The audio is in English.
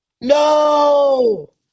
No